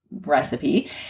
recipe